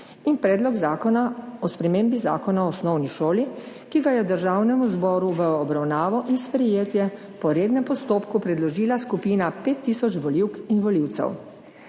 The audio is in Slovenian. in Predlog zakona o spremembi Zakona o osnovni šoli, ki ga je Državnemu zboru v obravnavo in sprejetje po rednem postopku predložila skupina pet tisoč volivk in volivcev.